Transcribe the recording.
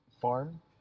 farm